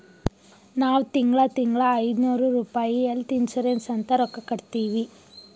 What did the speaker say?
ನಾವ್ ತಿಂಗಳಾ ತಿಂಗಳಾ ಐಯ್ದನೂರ್ ರುಪಾಯಿ ಹೆಲ್ತ್ ಇನ್ಸೂರೆನ್ಸ್ ಅಂತ್ ರೊಕ್ಕಾ ಕಟ್ಟತ್ತಿವಿ